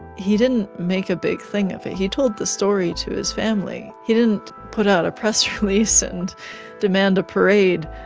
he didn't make a big thing of it. he told the story to his family. he didn't put out a press release and demand a parade,